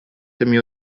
tymi